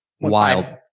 Wild